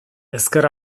ezker